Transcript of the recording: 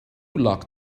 locked